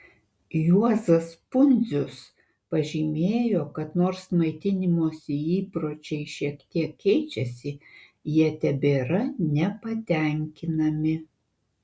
juozas pundzius pažymėjo kad nors maitinimosi įpročiai šiek tek keičiasi jie tebėra nepatenkinami